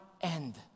end